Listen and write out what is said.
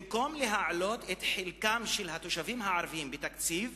במקום להעלות את חלקם של התושבים הערבים בתקציב,